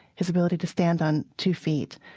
his ability to stand on two feet,